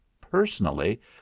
Personally